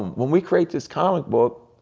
when we create this comic book,